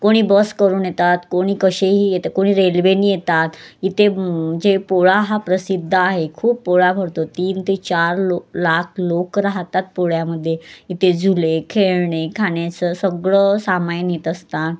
कोणी बस करून येतात कोणी कसेही येतं कोणी रेल्वेने येतात इथे जे पोळा हा प्रसिद्ध आहे खूप पोळा भरतो तीन ते चार लो लाख लोक राहतात पोळ्यामध्ये इथे झुले खेळणे खाण्याचं सगळं सामान येत असतात